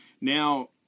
Now